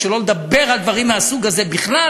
שלא לדבר על דברים מהסוג הזה בכלל.